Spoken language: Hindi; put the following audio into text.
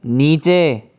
नीचे